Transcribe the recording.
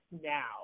now